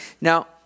Now